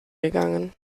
gegangen